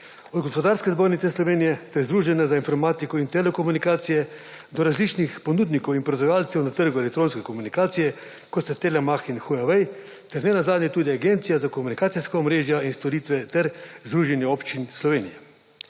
Gospodarska zbornica Slovenije, Združenje za informatiko in telekomunikacije, do različnih ponudnikov in proizvajalcev na trgu elektronske komunikacije, kot sta Telemach in Huawei, ter nenazadnje tudi Agencija za komunikacijska omrežja in storitve ter Združenje občin Slovenije.